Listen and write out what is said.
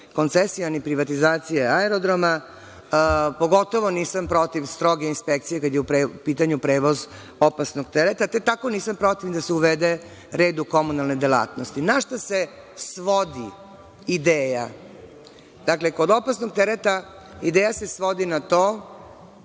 koncesije, ni privatizacije aerodroma, pogotovo nisam protiv stroge inspekcije kad je u pitanju prevoz opasnog tereta, te tako nisam ni protiv da se uvede red u komunalne delatnosti. Na šta se svodi ideja? Dakle, kod opasnog tereta ideja se svodi na to